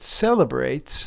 celebrates